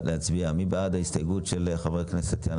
מי בעד ההסתייגות של חברת הכנסת טטיאנה